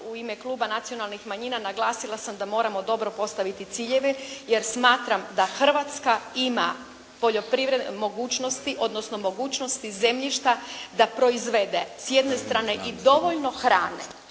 u ime kluba Nacionalnih manjina naglasila sam da moramo dobro postaviti ciljeve, jer smatram da Hrvatska ima poljoprivredne mogućnosti, odnosno mogućnosti zemljišta da proizvede s jedne strane i dovoljno hrane,